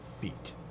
feet